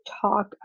talk